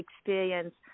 experience